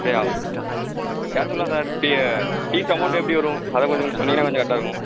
அப்படியா சேர்த்து விடலாம் சார் ஃபீஸ் அமௌண்ட்டு எப்படி வரும் அதைப் பற்றி கொஞ்சம் சொன்னீங்கன்னா கொஞ்சம் கரெக்டாக இருக்கும்